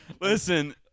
Listen